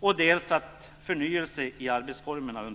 dels underlättar förnyelse i arbetsformerna.